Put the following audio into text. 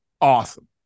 awesome